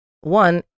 one